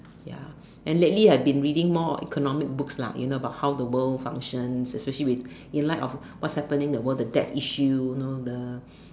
ya and lastly I have been reading more of economic books lah in about how the world functions especially with in like of what's happening the world the debts issue know the